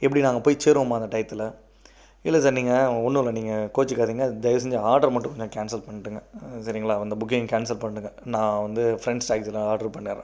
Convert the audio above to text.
எப்படி நாங்கள் போய் சேருவோமா அந்த டயத்தில் இல்லை சார் நீங்கள் ஒன்னும் இல்லை நீங்கள் கோபிச்சிக்காதிங்க தயவு செஞ்சு ஆர்டரை மட்டும் கொஞ்சம் கேன்சல் பண்ணிவிடுங்க சரீங்களா அந்த புக்கிங்கை கேன்சல் பண்ணிவிடுங்க நான் வந்து ஃப்ரண்ட்ஸ் டாக்ஸியில் ஆர்டர் பண்ணிடறேன்